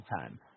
time